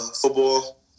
football